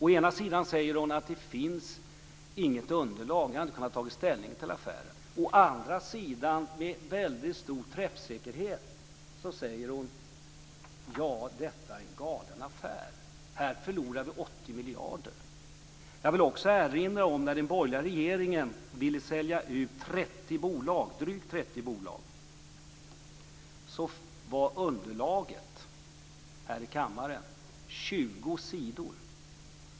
Å ena sidan säger Eva Flyborg att det inte finns något underlag och att hon inte kunnat ta ställning till affären, å andra sidan säger Eva Flyborg, med väldigt stor träffsäkerhet, att det är en galen affär. Här förlorar vi 80 miljarder. Jag vill erinra om att när den borgerliga regeringen ville sälja ut drygt 30 bolag var underlaget här i kammaren 20 sidor.